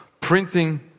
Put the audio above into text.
printing